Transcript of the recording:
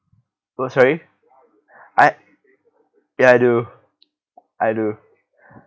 oh sorry I ya I do I do